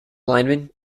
lineman